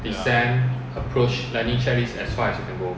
ya